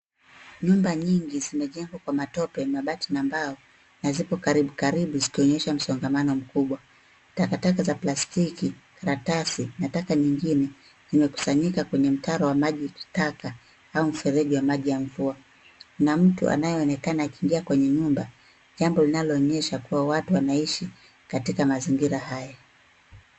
Nyumba nyingi zimejengwa kwa matope, mabati na mbao na zipo karibu karibu zikionyesha msongamano mkubwa. Takataka za plastiki, karatasi na taka nyingine zimekusanyika kwenye mtaro wa maji taka au mfereji wa maji ya mvua. Kuna mtu anaye onekana akiingia kwenye nyumba, jambo linalo onyesha kuna watu wanaishi katika mazingira haya.